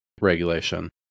regulation